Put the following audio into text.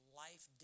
life